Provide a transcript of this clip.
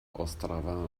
ostrava